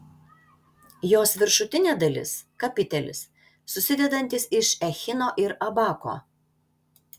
jos viršutinė dalis kapitelis susidedantis iš echino ir abako